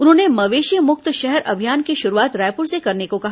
उन्होंने मवेशी मुक्त शहर अभियान की शुरूवात रायपुर से करने को कहा